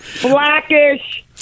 Blackish